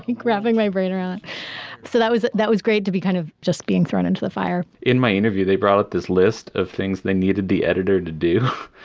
grabbing my right around. so that was that was great to be kind of just being thrown into the fire in my interview, they brought up this list of things they needed the editor to do.